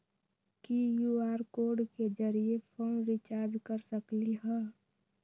QR code के जरिय phone recharge कर सकली ह?